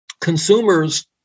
Consumers